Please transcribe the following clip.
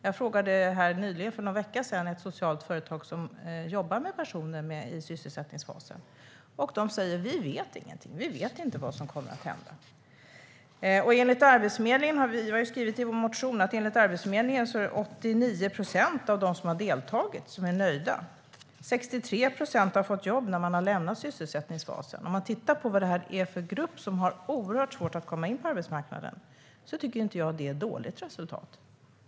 För någon vecka sedan frågade jag ett socialt företag som jobbar med personer i sysselsättningsfasen. De sa att de inte visste vad som kommer att hända. I vår motion skriver vi att enligt Arbetsförmedlingen är 89 procent av de som har deltagit nöjda. 63 procent har fått jobb när de har lämnat sysselsättningsfasen. Eftersom det handlar om en grupp som har mycket svårt att komma in på arbetsmarknaden är det inget dåligt resultat.